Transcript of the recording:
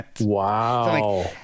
Wow